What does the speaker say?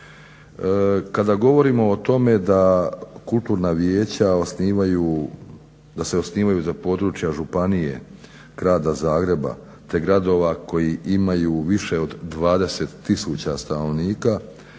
da kulturna vijeća se osnivaju za područje županije Grada Zagreba te grada koji ima više od 20 tisuća stanovnika,